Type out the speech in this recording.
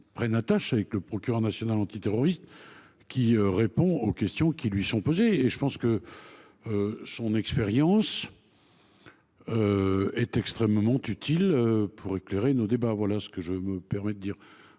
prendre attache avec le procureur national antiterroriste, qui répond aux questions qui lui sont posées et dont l’expérience est extrêmement précieuse pour éclairer nos débats – voilà tout ce que je me permets de dire.